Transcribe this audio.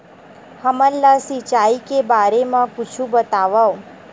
हमन ला सिंचाई के बारे मा कुछु बतावव?